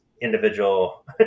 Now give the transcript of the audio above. individual